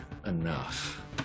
enough